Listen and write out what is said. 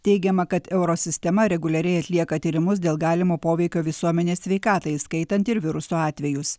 teigiama kad eurosistema reguliariai atlieka tyrimus dėl galimo poveikio visuomenės sveikatai įskaitant ir viruso atvejus